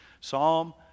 Psalm